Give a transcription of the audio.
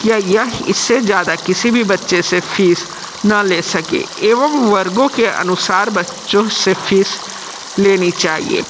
क्या यह इससे ज़्यादा किसी भी बच्चे से फ़ीस न ले सके एवं वर्गों के अनुसार बच्चों से फीस लेनी चाहिए